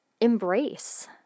embrace